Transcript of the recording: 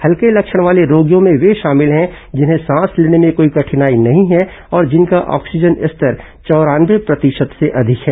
हल्के लक्षण वाले रोगियों में वे शामिल हैं जिन्हें सांस लेने में कोई कठिनाई नहीं है और जिनका ऑक्सीजन स्तर चौरानवे प्रतिशत से अधिक है